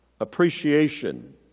appreciation